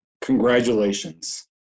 Congratulations